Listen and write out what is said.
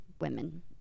women